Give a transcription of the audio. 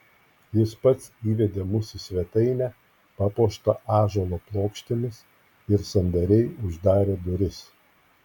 jis pats įvedė mus į svetainę papuoštą ąžuolo plokštėmis ir sandariai uždarė duris